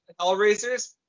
Hellraisers